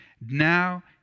Now